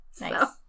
Nice